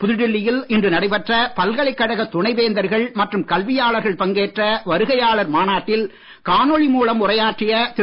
புதுடில்லியில் இன்று நடைபெற்ற பல்கலைக்கழக துணைவேந்தர்கள் மற்றும் கல்வியாளர்கள் பங்கேற்ற வருகையாளர் மாநாட்டில் காணொலி மூலம் உரையாற்றிய திரு